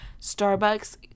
Starbucks